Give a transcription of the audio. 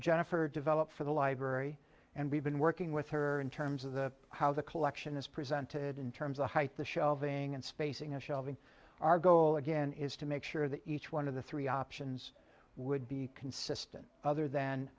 jennifer developed for the library and we've been working with her in terms of the how the collection is presented in terms of height the shelving and spacing of shelving our goal again is to make sure that each one of the three options would be consistent other than